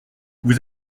vous